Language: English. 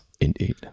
Indeed